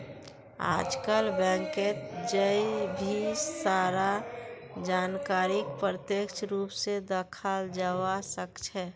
आजकल बैंकत जय भी सारा जानकारीक प्रत्यक्ष रूप से दखाल जवा सक्छे